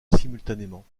simultanément